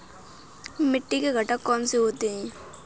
मिट्टी के घटक कौन से होते हैं?